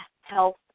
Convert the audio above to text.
health